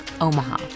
Omaha